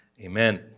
Amen